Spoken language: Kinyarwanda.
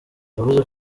yavuze